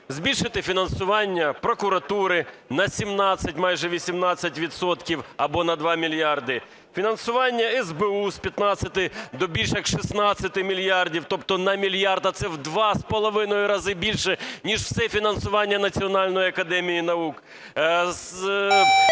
збільшити фінансування прокуратури на 17, майже 18 відсотків, або на 2 мільярди; фінансування СБУ – з 15 до більше як 16 мільярдів, тобто на мільярд, а це в 2,5 разу більше, ніж все фінансування Національної академії наук;